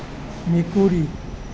মেকুৰী